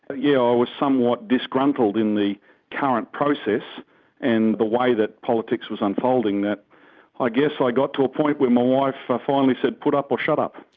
ah yeah i was somewhat disgruntled in the current process and the way that politics was unfolding that i guess i got to a point where my wife ah finally said, put up or shut up,